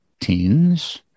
teens